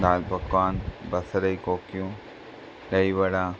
दाल पकवान बसरु जी कोकियूं दही वड़ा